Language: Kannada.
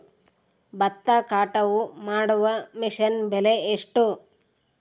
ಭತ್ತ ಕಟಾವು ಮಾಡುವ ಮಿಷನ್ ಬೆಲೆ ಎಷ್ಟು?